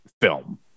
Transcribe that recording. film